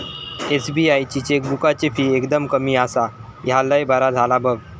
SBI ची चेकबुकाची fee एकदम कमी आसा, ह्या लय बरा झाला बघ